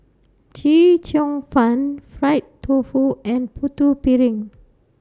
Chee Cheong Fun Fried Tofu and Putu Piring